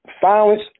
violence